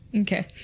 Okay